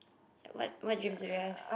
ya what what dreams do you have